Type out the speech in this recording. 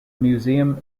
museum